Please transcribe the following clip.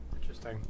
Interesting